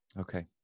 Okay